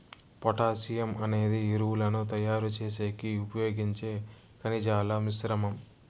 potassium అనేది ఎరువులను తయారు చేసేకి ఉపయోగించే ఖనిజాల మిశ్రమం